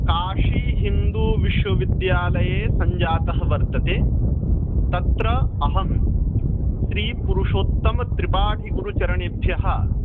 काशीहिन्दूविश्वविद्यालये सञ्जातः वर्तते तत्र अहं श्रीपुरुषोत्तमत्रिपाठिगुरुचरणेभ्यः